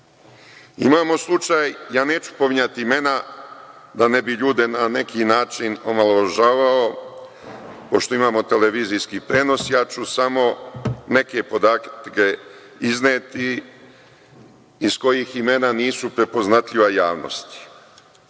već u startu. Neću pominjati imena da ne bih ljude na neki način omalovažavao, pošto imamo televizijski prenos, samo ću neke podatke izneti, iz kojih imena nisu prepoznatljiva javnosti.